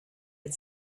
had